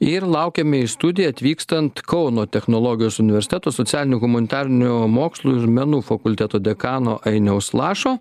ir laukiame į studiją atvykstant kauno technologijos universiteto socialinių humanitarinių mokslų menų fakulteto dekano ainiaus lašo